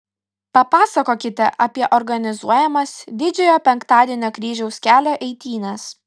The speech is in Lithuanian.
papasakokite apie organizuojamas didžiojo penktadienio kryžiaus kelio eitynes